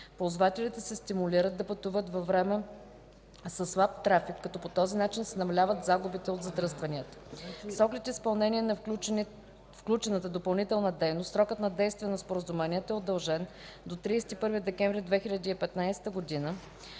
ползвателите се стимулират да пътуват във време със слаб трафик, като по този начин се намаляват загубите от задръстванията. С оглед изпълнение на включената допълнителна дейност, срокът на действие на споразумението е удължен до 31 декември 2015 г.,